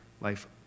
Life